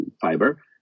fiber